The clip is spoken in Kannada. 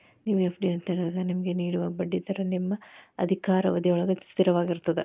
ನೇವು ಎ.ಫ್ಡಿಯನ್ನು ತೆರೆದಾಗ ನಿಮಗೆ ನೇಡುವ ಬಡ್ಡಿ ದರವ ನಿಮ್ಮ ಅಧಿಕಾರಾವಧಿಯೊಳ್ಗ ಸ್ಥಿರವಾಗಿರ್ತದ